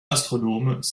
astronomes